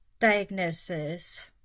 diagnosis